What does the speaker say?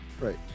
right